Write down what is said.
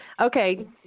okay